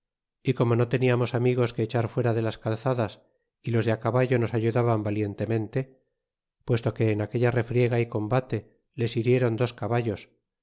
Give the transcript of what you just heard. y como no teníamos amigos que echar fuera de las calzadas y los de caballo nos ayudaban valientemente puesto que en aquella refriega y combate les hiriéron dos caballos